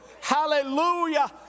Hallelujah